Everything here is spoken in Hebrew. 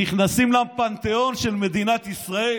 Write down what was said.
שנכנסים לפנתיאון של מדינת ישראל.